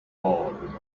all